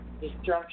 destruction